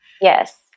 Yes